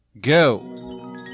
go